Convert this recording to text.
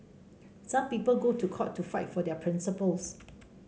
some people go to court to fight for their principles